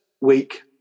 week